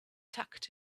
tucked